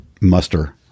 muster